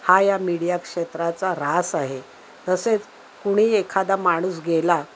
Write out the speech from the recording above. हा या मीडियाक्षेत्राचा ऱ्हास आहे तसेच कुणी एखादा माणूस गेला